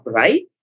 right